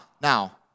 Now